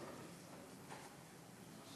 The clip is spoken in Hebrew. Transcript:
אדוני היושב-ראש,